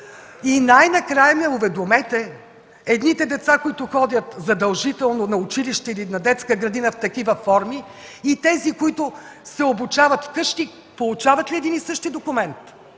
и най-накрая ме уведомете едните деца, които ходят задължително на училище или на детска градина в такива форми и тези, които се обучават вкъщи, получават ли един и същи документ?